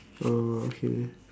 uh okay